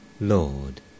Lord